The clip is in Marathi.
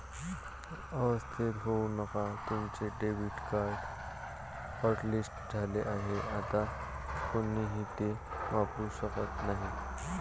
अस्वस्थ होऊ नका तुमचे डेबिट कार्ड हॉटलिस्ट झाले आहे आता कोणीही ते वापरू शकत नाही